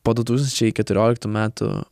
po du tūkstančiai keturioliktų metų